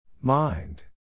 Mind